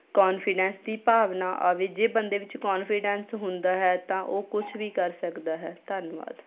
confidence ਦੀ ਭਾਵਨਾ ਆਵੇ ਜੇ ਬੰਦੇ ਵਿੱਚ ਕੋਨਫੀਡੈਂਸ ਹੁੰਦਾ ਹੈ ਤਾਂ ਉਹ ਕੁਛ ਵੀ ਕਰ ਸਕਦਾ ਹੈ ਧੰਨਵਾਦ